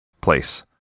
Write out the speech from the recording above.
place